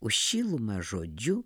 už šilumą žodžiu